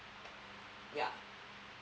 yeah